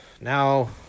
now